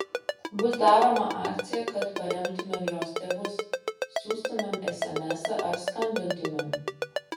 bus daroma akcija kad paremtumėm jos tėvus siųstumėm esemesą ar skambintumėm